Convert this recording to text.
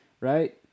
Right